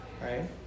right